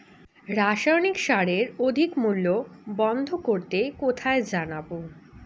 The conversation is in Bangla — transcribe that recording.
রাসায়নিক সারের অধিক মূল্য বন্ধ করতে কোথায় জানাবো?